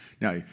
Now